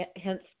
Hence